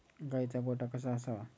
गाईचा गोठा कसा असावा?